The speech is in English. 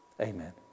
Amen